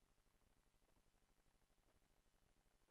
הישיבה